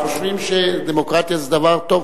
חושבים שדמוקרטיה זה דבר טוב.